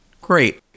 Great